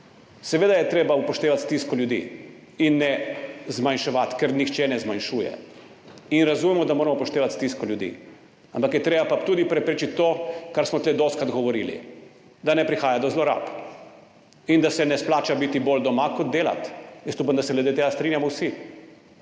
seveda treba upoštevati stisko ljudi in je ne zmanjševati, česar nihče ne zmanjšuje. Razumemo, da moramo upoštevati stisko ljudi, ampak je treba pa tudi preprečiti to, o čemer smo tu dostikrat govorili – da ne prihaja do zlorab in da se ne izplača bolj biti doma kot delati. Upam, da se glede tega strinjamo vsi.